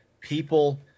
people